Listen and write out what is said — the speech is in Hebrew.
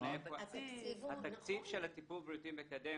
התקציב של הטיפול הבריאותי המקדם,